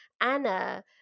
Anna